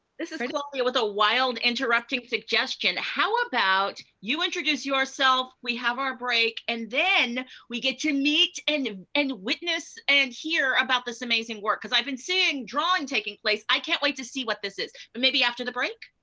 this is claudia with a wild interrupting suggestion. how about you introduce yourself, we have our break, and then we get to meet and and witness and hear about this amazing work. cause i've been seeing drawing taking place, i can't wait to see what this is. and maybe after the break?